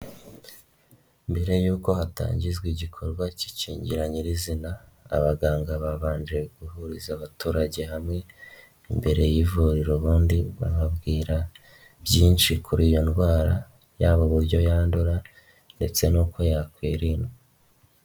Mbere y'uko hatangizwa igikorwa k'ikingira nyir'izina abaganga babanje guhuriza abaturage hamwe imbere y'ivuriro ubundi bababwira byinshi kuri iyo ndwara, yaba uburyo yandura ndetse n'uko yakwirindwa.